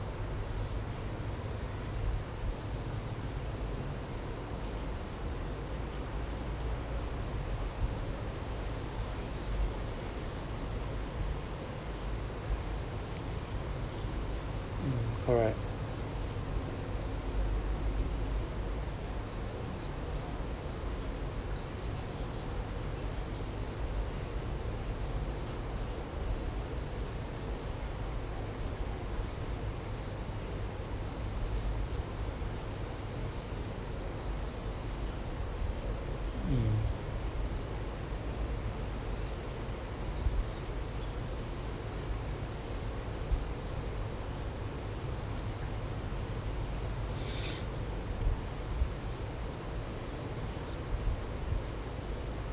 mm alright mm